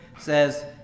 says